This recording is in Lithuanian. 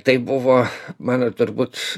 tai buvo mano turbūt